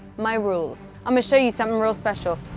my rules. i'mma show you something real special.